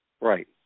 Right